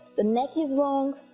the neck is long,